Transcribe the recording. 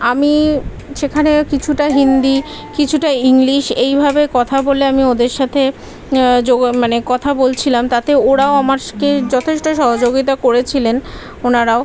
আমি সেখানে কিছুটা হিন্দি কিছুটা ইংলিশ এইভাবে কথা বলে আমি ওদের সাথে যো মানে কথা বলছিলাম তাতে ওরাও আমার সাথে যথেষ্ট সহযোগিতা করেছিলেন ওনারাও